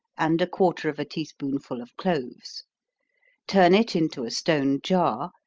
and a quarter of a tea spoonful of cloves turn it into a stone jar,